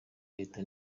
leta